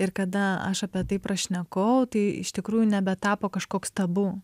ir kada aš apie tai prašnekau tai iš tikrųjų nebetapo kažkoks tabu